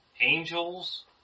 angels